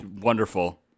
wonderful